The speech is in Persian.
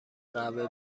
قهوه